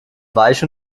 weich